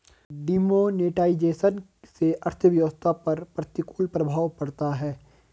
demonetisation से अर्थव्यवस्था पर प्रतिकूल प्रभाव पड़ता है